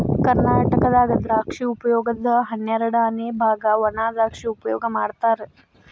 ಕರ್ನಾಟಕದಾಗ ದ್ರಾಕ್ಷಿ ಉಪಯೋಗದ ಹನ್ನೆರಡಅನೆ ಬಾಗ ವಣಾದ್ರಾಕ್ಷಿ ಉಪಯೋಗ ಮಾಡತಾರ